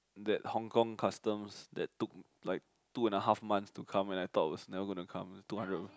that Hong-Kong customs that took like two and a half months to come and I thought it was never going to come two hundred over